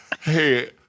Hey